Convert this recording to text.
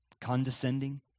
condescending